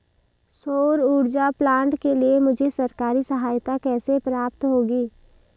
सौर ऊर्जा प्लांट के लिए मुझे सरकारी सहायता कैसे प्राप्त होगी?